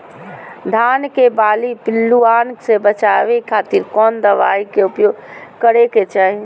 धान के बाली पिल्लूआन से बचावे खातिर कौन दवाई के उपयोग करे के चाही?